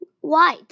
white